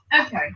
Okay